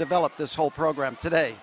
develop this whole program today